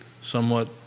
somewhat